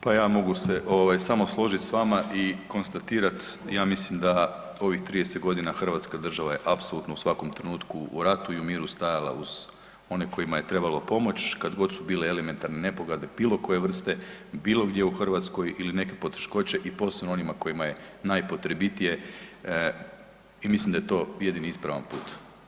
Pa ja mogu se ovaj samo složiti s vama i konstatirat ja mislim da u ovih 30 godina Hrvatska država je apsolutno u svakom trenutku u ratu i miru stajala uz one kojima je trebalo pomoć kad god su bile elementarne nepogode bilo koje vrste, bilo gdje u Hrvatskoj ili neke poteškoće i posebno onima kojima je najpotrebitije i mislim da je to jedini ispravan put.